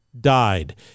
died